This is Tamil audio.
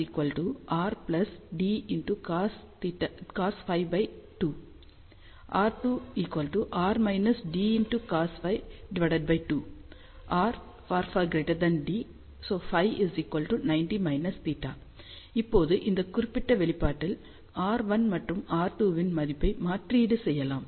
r1≅rdcosΦ2 r2≅r−dcosΦ2 r≫d Φ90−θ இப்போது இந்த குறிப்பிட்ட வெளிப்பாட்டில் r1 மற்றும் r2 இன் மதிப்பை மாற்றீடு செய்யலாம்